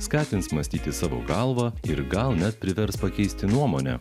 skatins mąstyti savo galva ir gal net privers pakeisti nuomonę